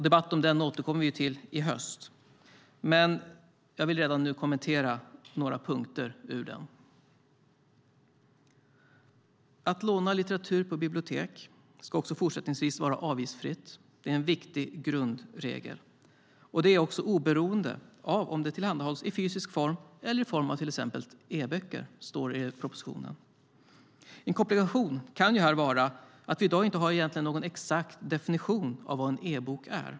Debatt om den återkommer vi till i höst, men jag vill redan nu kommentera några punkter ur den. Att låna litteratur på bibliotek ska också fortsättningsvis vara avgiftsfritt. Det är en viktig grundregel, och det gäller oberoende av om litteraturen tillhandahålls i fysisk form eller i form av till exempel e-böcker. Det står i propositionen. En komplikation kan vara att vi i dag inte har någon exakt definition av vad en e-bok är.